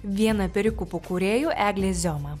viena perikupų kūrėjų eglė zioma